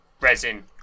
resin